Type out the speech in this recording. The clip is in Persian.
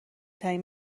ترین